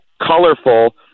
colorful